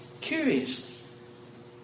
Curiously